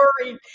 worried